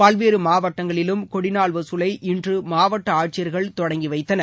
பல்வேறு மாவட்டங்களிலும் கொடிநாள் வசூலை இன்று மாவட்ட ஆட்சியர்கள் தொடங்கிவைத்தனர்